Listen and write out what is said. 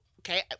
Okay